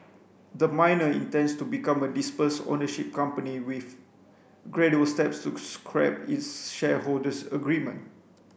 the miner intends to become a dispersed ownership company with gradual steps to scrap its shareholders agreement